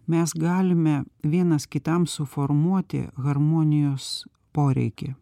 mes galime vienas kitam suformuoti harmonijos poreikį